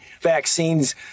vaccines